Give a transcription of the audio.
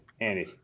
Andy